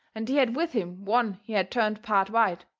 and he had with him one he had turned part white,